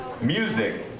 Music